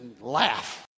Laugh